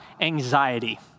anxiety